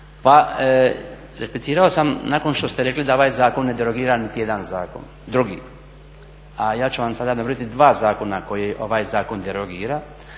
Pa replicirao sam nakon što ste rekli da ovaj zakon ne derogira niti jedan zakon drugi. A ja ću vam sada nabrojiti dva zakona koji ovaj zakon derogira.